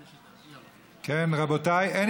רבותיי, אין